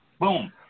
Boom